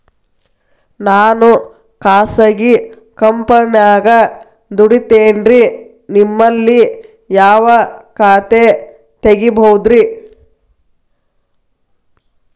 ನಾನು ಖಾಸಗಿ ಕಂಪನ್ಯಾಗ ದುಡಿತೇನ್ರಿ, ನಿಮ್ಮಲ್ಲಿ ಯಾವ ಖಾತೆ ತೆಗಿಬಹುದ್ರಿ?